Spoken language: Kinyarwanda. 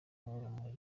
urumuri